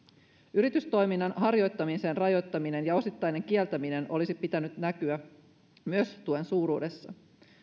yritystoiminnan harjoittamisen rajoittaminen ja osittainen kieltäminen olisi pitänyt näkyä myös tuen suuruudessa